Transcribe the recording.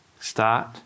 Start